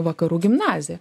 vakarų gimnaziją